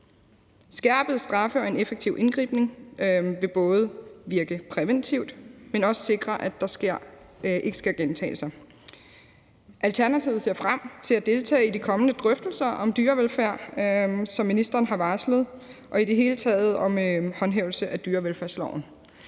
Skærpede straffe og en effektiv indgriben vil både virke præventivt, men det vil også sikre, at der ikke sker gentagelser. Alternativet ser frem til at deltage i de kommende drøftelser om dyrevelfærd, som ministeren har varslet, og i det hele taget også om en håndhævelse af dyrevelfærdsloven.